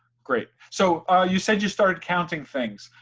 great, so ah you said you started counting things,